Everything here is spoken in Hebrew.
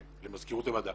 אני חושב שלפחות לגבי העו"ש,